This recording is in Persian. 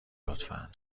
لطفا